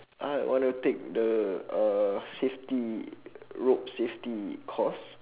I'll want to take the uh safety rope safety course